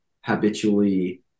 habitually